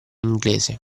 inglese